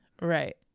Right